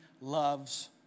loves